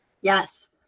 Yes